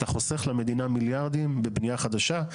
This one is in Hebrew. אתה חוסך למדינה מיליארדים בבנייה חדשה.